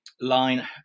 line